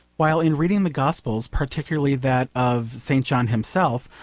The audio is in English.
while in reading the gospels particularly that of st. john himself,